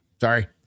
sorry